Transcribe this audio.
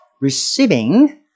receiving